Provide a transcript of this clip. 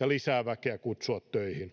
ja lisää väkeä kutsua töihin